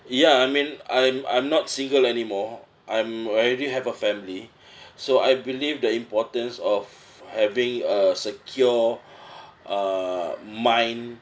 ya I mean I'm I'm not single anymore I'm already have a family so I believe the importance of having a secure uh mind